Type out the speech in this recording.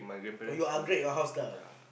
oh you upgrade your house lah